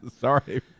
Sorry